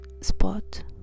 spot